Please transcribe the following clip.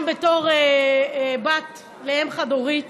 גם בתור בת לאם חד-הורית,